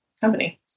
company